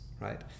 right